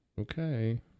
Okay